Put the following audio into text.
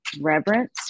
reverence